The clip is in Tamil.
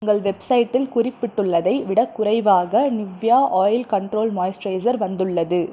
உங்கள் வெப்சைட்டில் குறிப்பிட்டுள்ளதை விடக் குறைவாக நிவ்யா ஆயில் கண்ட்ரோல் மாய்ஸ்ட்ரைசர் வந்துள்ளது